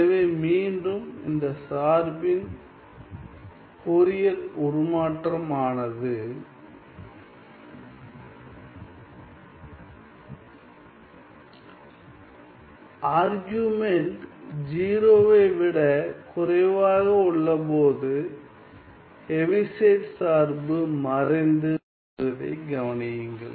எனவே மீண்டும் இந்த சார்பின் ஃபோரியர் உருமாற்றம் ஆனது ஆர்குமென்ட் 0 வை விட குறைவாக உள்ளபோது ஹெவிசைட் சார்பு மறைந்து விடுவதை கவனியுங்கள்